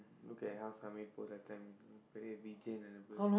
look at how pull that time we play with Vijay